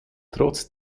trotz